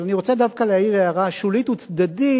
אבל אני רוצה דווקא להעיר הערה שולית וצדדית,